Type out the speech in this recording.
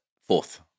Fourth